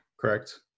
correct